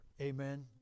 Amen